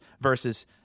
versus